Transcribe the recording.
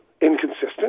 inconsistent